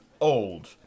old